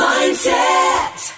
Mindset